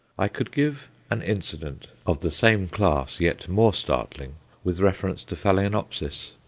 i could give an incident of the same class yet more startling with reference to phaloenopsis.